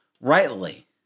rightly